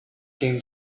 came